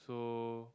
so